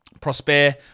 Prosper